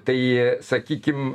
tai sakykim